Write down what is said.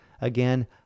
Again